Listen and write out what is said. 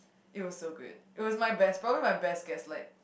it was so good it was my best probably my gaslight